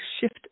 shift